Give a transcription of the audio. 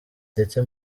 ndetse